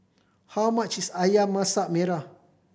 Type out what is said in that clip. how much is Ayam Masak Merah